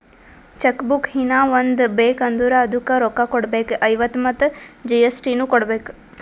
check book ಹೀನಾ ಒಂದ್ ಬೇಕ್ ಅಂದುರ್ ಅದುಕ್ಕ ರೋಕ್ಕ ಕೊಡ್ಬೇಕ್ ಐವತ್ತ ಮತ್ ಜಿ.ಎಸ್.ಟಿ ನು ಕೊಡ್ಬೇಕ್